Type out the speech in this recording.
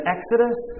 Exodus